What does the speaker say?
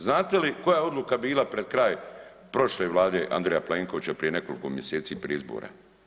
Znate li koja je odluka bila pred kraj prošle Vlade Andreja Plenkovića prije nekoliko mjeseci prije izbora?